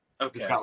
Okay